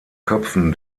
köpfen